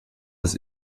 des